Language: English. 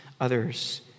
others